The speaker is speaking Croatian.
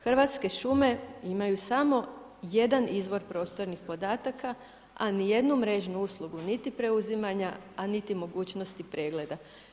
Hrvatske šume imaju samo jedan izvor prostornih podataka, a nijednu mrežnu uslugu niti preuzimanja, a niti mogućnosti pregleda.